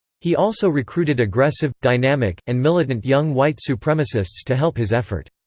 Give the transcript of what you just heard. he also recruited aggressive, dynamic, and militant young white supremacists to help his effort.